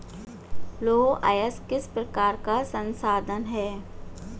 लौह अयस्क किस प्रकार का संसाधन है?